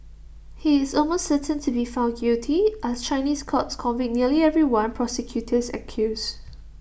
he is almost certain to be found guilty as Chinese courts convict nearly everyone prosecutors accuse